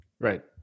Right